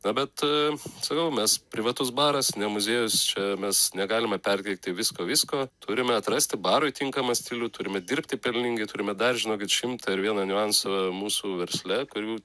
na bet sakau mes privatus baras ne muziejus čia mes negalime perteikti visko visko turime atrasti barui tinkamą stilių turime dirbti pelningai turime dar žinokit šimtą ir vieną niuansą mūsų versle kurių